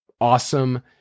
awesome